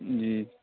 جی